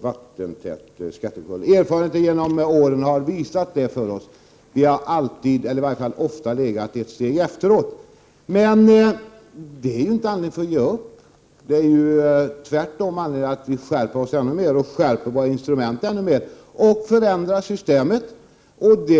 vattentät skattekontroll. Erfarenheter som vunnits under årens lopp har visat det. Vi har ju ofta legat ett steg efter i det avseendet. Men för den skull skall vi inte ge upp. Tvärtom föranleder det oss att skärpa oss ännu mera, att förbättra instrumenten ännu mera. Dessutom måste systemet förändras.